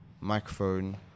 microphone